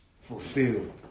fulfilled